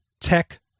tech